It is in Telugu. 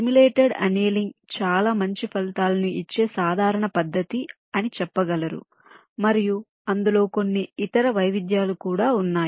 సిమ్యులేటెడ్ ఎనియలింగ్ చాలా మంచి ఫలితాలను ఇచ్చే సాధారణ పద్ధతి అని చెప్పగలరు మరియు అందులో కొన్ని ఇతర వైవిధ్యాలు కూడా ఉన్నాయి